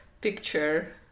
picture